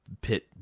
pit